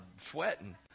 sweating